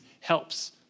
helps